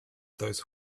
those